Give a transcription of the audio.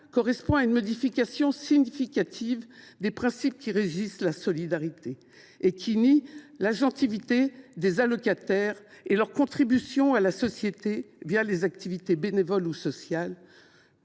correspond à une modification significative des principes qui régissent la solidarité, qui nie l’agentivité des allocataires et leurs contributions à la société les activités bénévoles ou sociales,